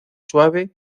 suave